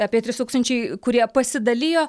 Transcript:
apie trys tūkstančiai kurie pasidalijo